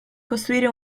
costruire